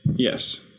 Yes